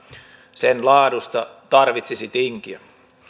sen laadusta tarvitsisi tinkiä